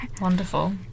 wonderful